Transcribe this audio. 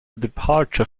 departure